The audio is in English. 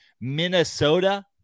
Minnesota